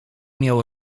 miał